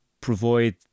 provide